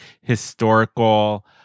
historical